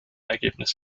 ergebnis